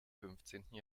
fünfzehnten